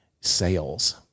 sales